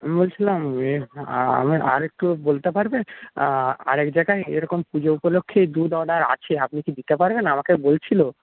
বলছিলাম আর একটু বলতে পারবে আর এক জায়গায় এরকম পুজো উপলক্ষ্যে দুধ অর্ডার আছে আপনি কি দিতে পারবেন আমাকে বলছিলো